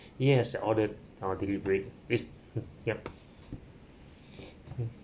yes ordered uh deliveries please yup mm